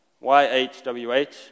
Y-H-W-H